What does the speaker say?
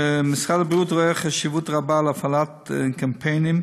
משרד הבריאות רואה חשיבות רבה בהפעלת קמפיינים